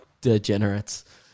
degenerates